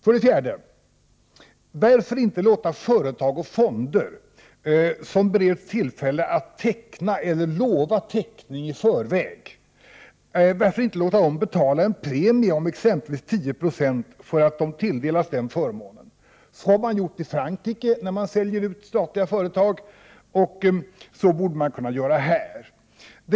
För det fjärde: Varför låter man inte företag och fonder som bereds tillfälle att teckna eller i förväg får löfte om att teckna också betala en premie på t.ex. 10 20 för denna förmån? Detta har man gjort i Frankrike när man där har sålt utstatliga företag, och så borde man kunna göra också i Sverige.